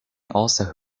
also